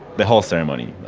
the whole ceremony,